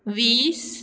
वीस